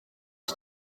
iki